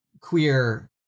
queer